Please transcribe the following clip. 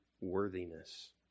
worthiness